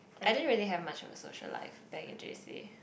I didn't really have much of a social life back in J_C